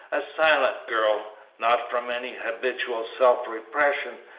a silent girl not from any habitual self-repression,